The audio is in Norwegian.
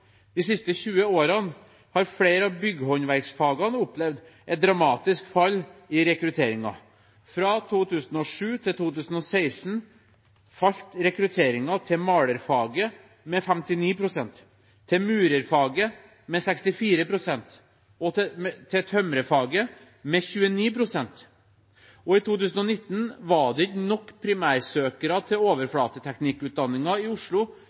de siste 20 årene har flere av bygghåndverksfagene opplevd et dramatisk fall i rekrutteringen. Fra 2007 til 2016 falt rekrutteringen til malerfaget med 59 pst., til murerfaget med 64 pst. og til tømrerfaget med 29 pst. I 2019 var det ikke nok primærsøkere til overflateteknikkutdanningen i Oslo